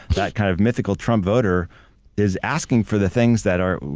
that kind of mythical trump voter is asking for the things that are,